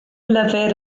lyfr